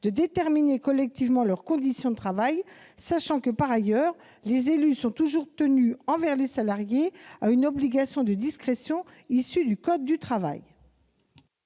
de déterminer collectivement leurs conditions de travail, sachant que, par ailleurs, les élus sont toujours tenus, envers les salariés, à une obligation de discrétion issue du code du travail.